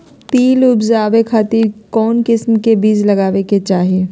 तिल उबजाबे खातिर कौन किस्म के बीज लगावे के चाही?